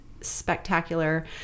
spectacular